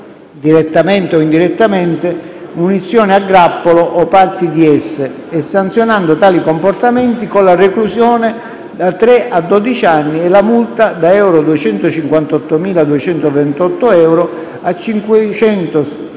direttamente o indirettamente, munizioni a grappolo o parti di esse e sanzionando tali comportamenti con la reclusione da tre a dodici anni e la multa da euro 258.228 a euro